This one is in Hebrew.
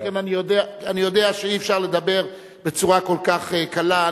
אני יודע שאי-אפשר לדבר בצורה כל כך קלה.